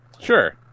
Sure